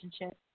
relationship